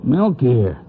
Milkier